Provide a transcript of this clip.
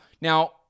Now